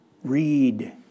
Read